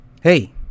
Hey